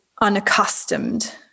unaccustomed